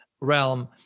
realm